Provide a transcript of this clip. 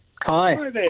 Hi